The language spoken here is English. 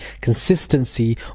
consistency